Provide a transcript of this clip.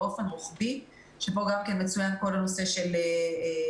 בגדול, אין לי יותר מה